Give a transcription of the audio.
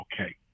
okay